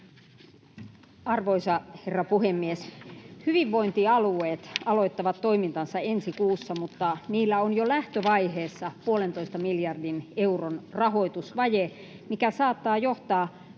Arvoisa herra puhemies! Hyvinvointialueet aloittavat toimintansa ensi kuussa, mutta niillä on jo lähtövaiheessa puolentoista miljardin euron rahoitusvaje, mikä saattaa johtaa